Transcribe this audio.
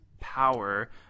power